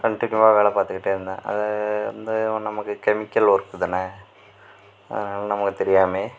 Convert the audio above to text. கண்டினியூவாக வேலை பார்த்துக்கிட்டே இருந்தேன் அது வந்து நமக்கு கெமிக்கல் ஒர்க்கு தானே அதனால நம்மளுக்கு தெரியாமயே